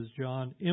John